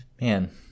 Man